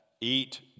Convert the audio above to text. Eat